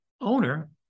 owner